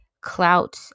clout